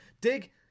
dig